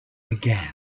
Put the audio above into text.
began